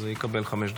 יקבל חמש דקות.